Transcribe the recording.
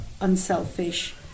unselfish